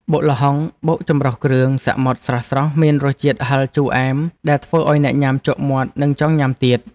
បុកល្ហុងបុកចម្រុះគ្រឿងសមុទ្រស្រស់ៗមានរសជាតិហឹរជូរអែមដែលធ្វើឱ្យអ្នកញ៉ាំជក់មាត់និងចង់ញ៉ាំទៀត។